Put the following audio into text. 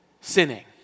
sinning